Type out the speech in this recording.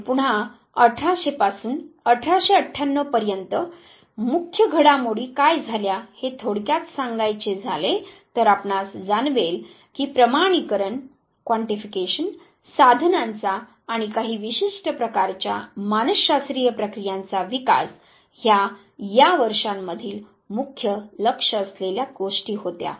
आणि पुन्हा 1800 पासून 1898 पर्यन्त मुख्य घडामोडी काय झाल्या हे थोडक्यात सांगायचे झाले तर आपणास जाणवेल की प्रमाणीकरण साधनांचा आणि काही विशिष्ट प्रकारच्या मानस शास्त्रीय प्रक्रियांचा विकास ह्या या वर्षांमधील मुख्य लक्ष असलेल्या गोष्टी होत्या